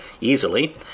easily